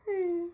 mm